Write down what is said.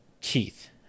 Keith